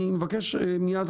אני מבקש מיד,